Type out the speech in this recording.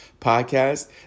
podcast